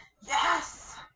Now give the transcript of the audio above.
Yes